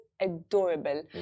adorable